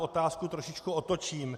Otázku trošičku otočím.